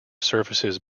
surfaces